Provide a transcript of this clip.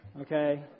okay